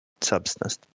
substance